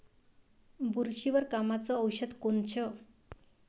बुरशीवर कामाचं औषध कोनचं?